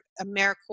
AmeriCorps